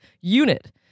unit